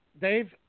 Dave